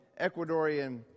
Ecuadorian